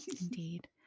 Indeed